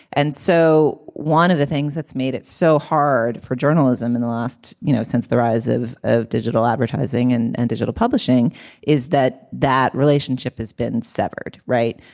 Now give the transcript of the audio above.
and so one of the things that's made it so hard for journalism in the last you know since the rise of of digital advertising and and digital publishing is that that relationship has been severed right.